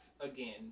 again